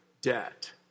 debt